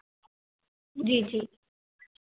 जी जी